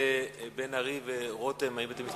חולשתם הכללית הם לא צריכים לאכוף את זה גם בפעם הזאת.